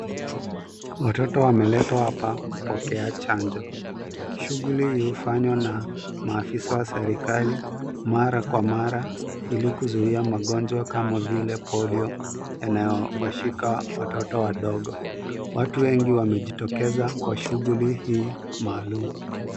Watoto wameletwa hapa kupokea chanjo. Shughuli hii hufanywa na maafisa wa serikali mara kwa mara ili kuzuia magonjwa kama vile polio, yanayowashika watoto wadogo. Watu wengi wamejitokeza kwa shughuli hii maalum.